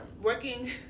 Working